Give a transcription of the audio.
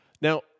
Now